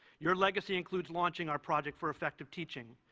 your legacy includes launching our project for effective teaching,